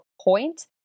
point